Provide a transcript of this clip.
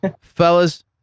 fellas